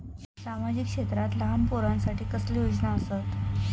सामाजिक क्षेत्रांत लहान पोरानसाठी कसले योजना आसत?